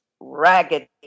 raggedy